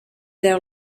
their